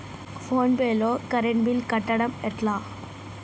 Phone pay లో current bill కట్టడం ఎట్లా?